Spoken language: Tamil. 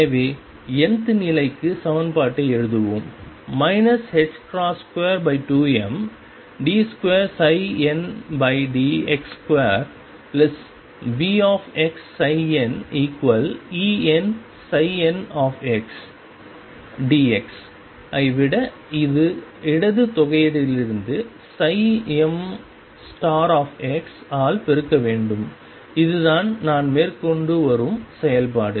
எனவே nth நிலைக்கு சமன்பாட்டை எழுதுவோம் 22md2ndx2VxnEnn dx ஐ விட இடது தொகையீடுலிருந்து m ஆல் பெருக்க வேண்டும் இதுதான் நான் மேற்கொண்டு வரும் செயல்பாடு